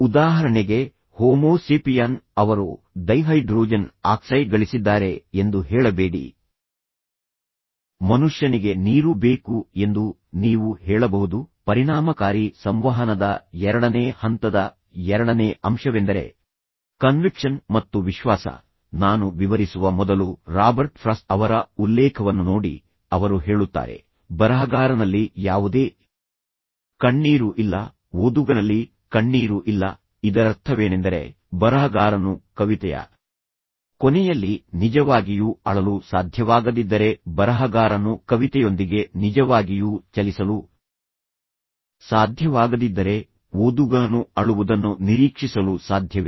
ಉದಾಹರಣೆಗೆ homo sapien ಅವರು dihydrogen oxide ಗಳಿಸಿದ್ದಾರೆ ಎಂದು ಹೇಳಬೇಡಿ ಮನುಷ್ಯನಿಗೆ ನೀರು ಬೇಕು ಎಂದು ನೀವು ಹೇಳಬಹುದು ಪರಿಣಾಮಕಾರಿ ಸಂವಹನದ ಎರಡನೇ ಹಂತದ ಎರಡನೇ ಅಂಶವೆಂದರೆ ಕನ್ವಿಕ್ಷನ್ ಮತ್ತು ವಿಶ್ವಾಸ ನಾನು ವಿವರಿಸುವ ಮೊದಲು ರಾಬರ್ಟ್ ಫ್ರಾಸ್ಟ್ ಅವರ ಉಲ್ಲೇಖವನ್ನು ನೋಡಿ ಅವರು ಹೇಳುತ್ತಾರೆ ಬರಹಗಾರನಲ್ಲಿ ಯಾವುದೇ ಕಣ್ಣೀರು ಇಲ್ಲ ಓದುಗನಲ್ಲಿ ಕಣ್ಣೀರು ಇಲ್ಲ ಇದರರ್ಥವೇನೆಂದರೆ ಬರಹಗಾರನು ಕವಿತೆಯ ಕೊನೆಯಲ್ಲಿ ನಿಜವಾಗಿಯೂ ಅಳಲು ಸಾಧ್ಯವಾಗದಿದ್ದರೆ ಬರಹಗಾರನು ಕವಿತೆಯೊಂದಿಗೆ ನಿಜವಾಗಿಯೂ ಚಲಿಸಲು ಸಾಧ್ಯವಾಗದಿದ್ದರೆ ಓದುಗನು ಅಳುವುದನ್ನು ನಿರೀಕ್ಷಿಸಲು ಸಾಧ್ಯವಿಲ್ಲ